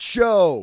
Show